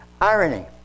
Irony